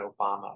Obama